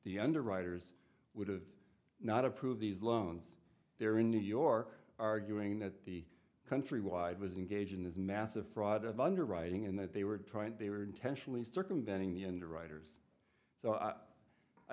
the underwriters would of not approve these loans there in new york arguing that the countrywide was engaged in this massive fraud of underwriting and that they were trying they were intentionally circumventing the end writers so i i